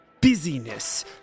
Busyness